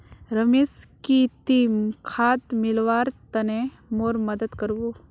रमेश की ती खाद मिलव्वार तने मोर मदद कर बो